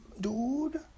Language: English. Dude